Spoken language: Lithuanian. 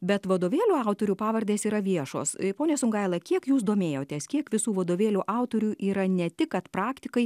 bet vadovėlių autorių pavardės yra viešos pone sungaila kiek jūs domėjotės kiek visų vadovėlių autorių yra ne tik kad praktikai